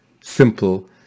simple